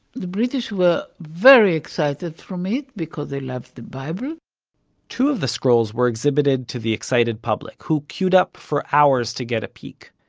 the british were very excited from it, because they loved the bible two of the scrolls were exhibited to the excited public, who queued up for hours to get a peek.